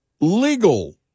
legal